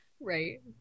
right